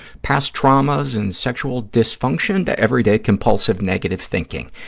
past traumas and sexual dysfunction to everyday compulsive negative thinking.